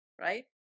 Right